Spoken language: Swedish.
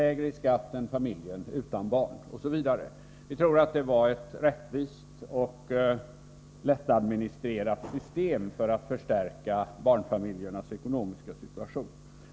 lägre skatt än en familj utan barn osv. Vi tror att det var ett rättvist och lättadministrerat system för att förbättra barnfamiljernas ekonomiska situation.